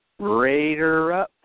Raiderup